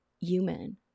human